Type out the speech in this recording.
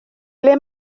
ble